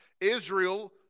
Israel